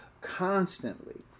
constantly